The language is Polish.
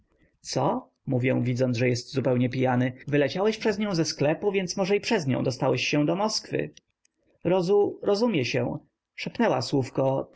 co mówię widząc że jest zupełnie pijany wyleciałeś przez nią ze sklepu więc może i przez nią dostałeś się do moskwy rozu rozumie się szepnęła słówko